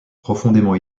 profondément